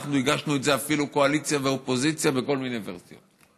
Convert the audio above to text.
אנחנו הגשנו את זה אפילו קואליציה ואופוזיציה בכל מיני ורסיות.